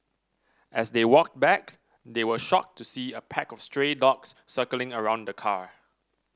as they walked back they were shocked to see a pack of stray dogs circling around the car